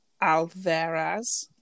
Alvarez